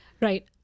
Right